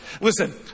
Listen